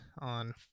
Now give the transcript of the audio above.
on